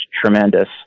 tremendous